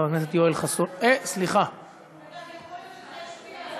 אני נוכחת, וגם יכול להיות שזה ישפיע עלי.